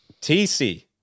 TC